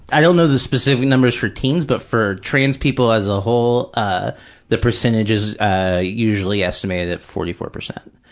i don't know the specific number for teens, but for trans people as a whole, ah the percentage is ah usually estimated at forty four percent.